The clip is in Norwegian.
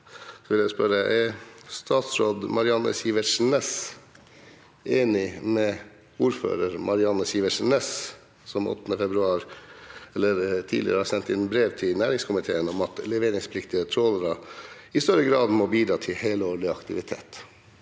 Er statsråd Marianne Sivertsen Næss enig med tidligere ordfører Marianne Sivertsen Næss, som tidligere har sendt inn brev til næringskomiteen om at leveringspliktige trålere i større grad må bidra til helårlig aktivitet?